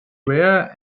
rare